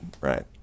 right